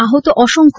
আহত অসংখ্য